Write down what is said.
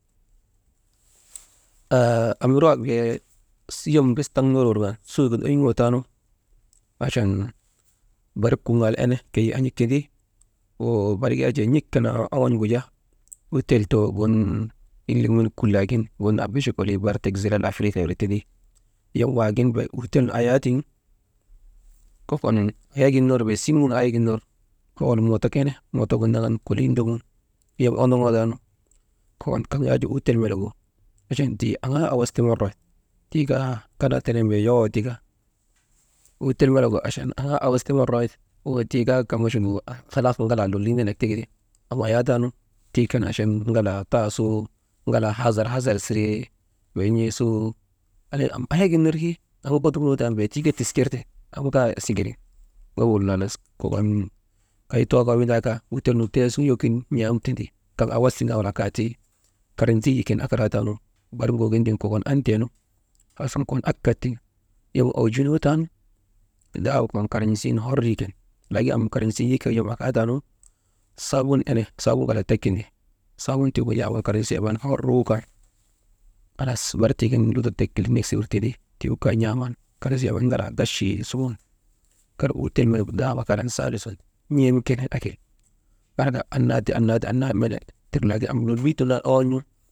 «hesitation» am irik wak bee yom bes wurŋan taŋ ner ner suugin ayŋootaanu, achan barik kuŋaal ene keyi an̰ tindi, woo barik yak jaa niyek kan naa oŋon̰gu jaa, utel too gun hillek menik kullaagin, gun abeche kolii barik tek tek zilal afiriikiya irik tindi, yaw waagin bee utel nun ayaatiŋ, kokon ayagin ner bee siŋ nun ayagin ner awol mootok ene, mootogu naŋan kolii ndogun yom ondoŋootaanu, kokon kaŋ yak jaa utel melegu, achan tii aŋaa awas ti marrawaahit tii kaa kanaa tenen bee yowoo tika, utel melegu aŋaa awas ti marrawaahit wa tii kaa kamachuk ahalak ŋalaa lolii melek tika ti, am ayaa taanu tii kan aŋaa ŋalaa taa suuk ŋalaa haazar, haazar siree, wey n̰ee suu, andri am aya gin ner ke andukunoo tan bee tikir te am kaa sikiri gobul halas kokon kay too kaa windaa kaa utel nu tee suŋ yokoyin n̰am tindi, kaŋ awias tindaa wala kaati, karn̰isii yiken akaraataanu, barik ŋuugin tiŋ kokon an̰teenu, aasuŋ kon akat tiŋ yom awjunoo taanu, dahaaba kokon karn̰isin hor yiken kay am karn̰isii yikee yom akaataanu, saabun ene saabun kalak tek tindi, saabun tiigu n̰aaman karn̰isii embeenu hor wukan, halas barik tiigin lutok tek kilneksik wir tindi, tiikaa n̰aaman karn̰isii embee ŋalaa gachii suŋun kar utel melegu bahaaba karan saala sun n̰em kene akil arka anna ti annaati, annaa mene tir naa am n̰uu mene tir owol n̰uu.